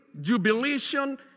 jubilation